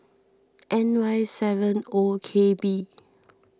N Y seven O K B